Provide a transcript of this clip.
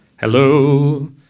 Hello